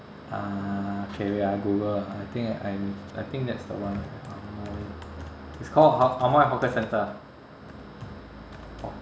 ah okay wait ah I google I think I I think that's the one it's called amoy hawker centre ah